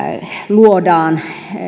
luodaan